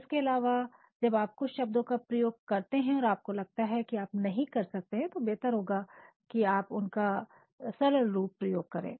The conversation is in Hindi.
इसके अलावा जब आप कुछ शब्दों का प्रयोग करते हैं और आपको लगता है कि आप नहीं कर सकते हैं तो बेहतर होगा कि आप उनका सरल रूप प्रयोग करें